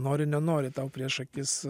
nori nenori tau prieš akis